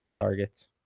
targets